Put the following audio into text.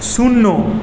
শূন্য